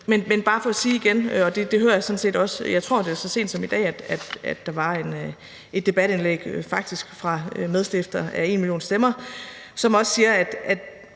igen bare for at sige, og det hører jeg sådan set også – jeg tror, det var så sent som i dag, at der var et debatindlæg faktisk fra medstifteren af #enmillionstemmer, som også siger det